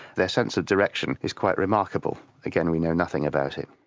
their sense of direction is quite remarkable. again, we know nothing about it.